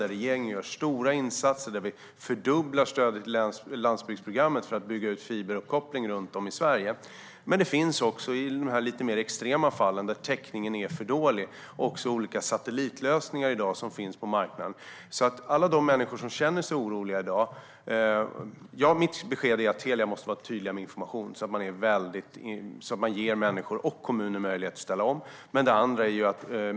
Där gör regeringen stora insatser och fördubblar stödet till landsbygdsprogrammet för att bygga ut fiberuppkopplingen runt om i Sverige. I de lite mer extrema fallen, där täckningen är för dålig, finns det i dag olika satellitlösningar på marknaden. När det gäller alla de människor som i dag känner sig oroliga är mitt besked att Telia måste ge tydlig information så att kommuner och människor ges möjlighet att ställa om.